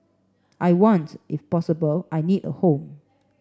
I want if possible I need a home